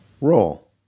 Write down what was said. Roll